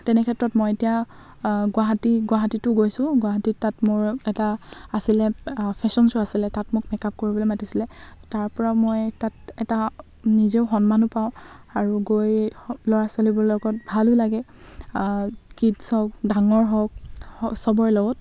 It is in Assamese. তেনেক্ষেত্ৰত মই এতিয়া গুৱাহাটী গুৱাহাটীতো গৈছোঁ গুৱাহাটীত তাত মোৰ এটা আছিলে ফেশ্বন শ্ব' আছিলে তাত মোক মেকআপ কৰিবলৈ মাতিছিলে তাৰপৰা মই তাত এটা নিজেও সন্মানো পাওঁ আৰু গৈ ল'ৰা ছোৱালীবোৰ লগত ভালো লাগে কিডছ হওক ডাঙৰ হওক চবৰে লগত